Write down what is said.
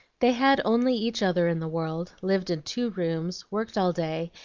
they had only each other in the world, lived in two rooms, worked all day,